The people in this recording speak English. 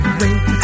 wait